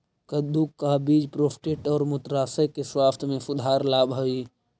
कद्दू का बीज प्रोस्टेट और मूत्राशय के स्वास्थ्य में सुधार लाव हई